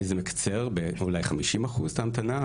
זה מקצר אולי ב-50% את ההמתנה,